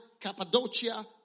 Cappadocia